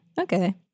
Okay